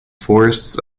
forests